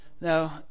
now